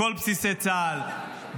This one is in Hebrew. בכל בסיסי צה"ל,